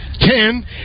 ten